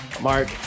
Mark